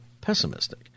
pessimistic